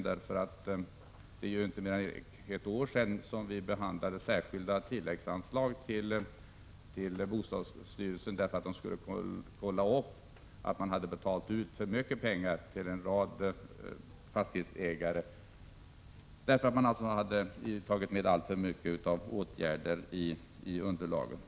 Det är ju inte mer än ett år sedan vi behandlade särskilda tilläggsanslag för att göra det möjligt för bostadsstyrelsen att kontrollera om man hade betalat ut för mycket pengar till en rad fastighetsägare, som hade tagit med alltför mycket av åtgärder i låneunderlaget.